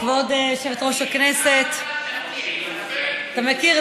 אתה מכיר,